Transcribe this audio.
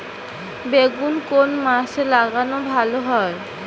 বেগুন কোন মাসে লাগালে ভালো হয়?